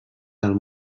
del